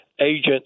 agents